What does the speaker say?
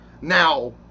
Now